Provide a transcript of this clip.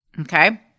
Okay